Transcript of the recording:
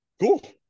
Cool